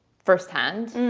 firsthand